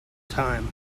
time